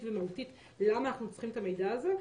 ומהותית ולא מתעכבות למה אנחנו צריכים את המידע הזה.